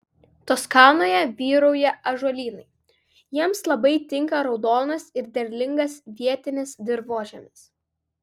toskanoje vyrauja ąžuolynai jiems labai tinka raudonas ir derlingas vietinis dirvožemis